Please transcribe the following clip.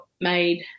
made